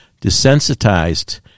desensitized